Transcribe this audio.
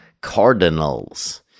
Cardinals